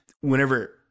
whenever